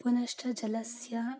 पुनश्च जलस्य